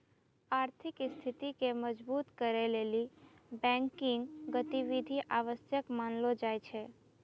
आर्थिक स्थिति के मजबुत करै लेली बैंकिंग गतिविधि आवश्यक मानलो जाय छै